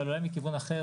אבל אולי מכיוון אחר.